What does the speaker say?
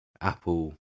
Apple